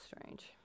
strange